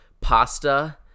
Pasta